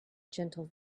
gentle